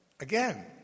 again